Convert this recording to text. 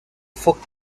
phoques